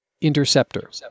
interceptor